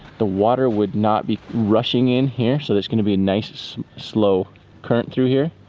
the water would not be rushing in here. so there's gonna be a nice slow current through here,